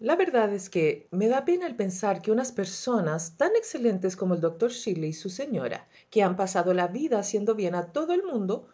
la verdad es que me da pena el pensar que unas personas tan excelentes como el doctor shirley y su señora que han pasado la vida haciendo bien a todo el mundo